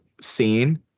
scene